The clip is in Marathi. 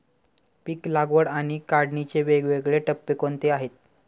पीक लागवड आणि काढणीचे वेगवेगळे टप्पे कोणते आहेत?